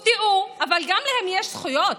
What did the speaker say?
תופתעו, אבל גם להם יש זכויות.